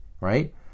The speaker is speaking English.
right